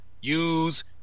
use